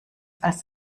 als